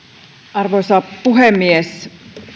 arvoisa puhemies